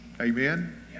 amen